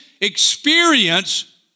experience